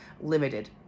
limited